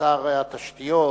שר התשתיות,